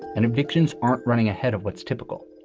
and evictions aren't running ahead of what's typical.